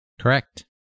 Correct